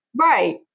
Right